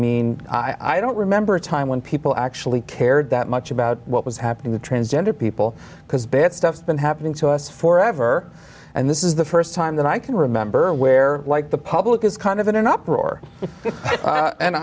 mean i don't remember a time when people actually cared that much about what was happening the transgender people because bad stuff been happening to us for ever and this is the first time that i can remember where like the public is kind of in an uproar and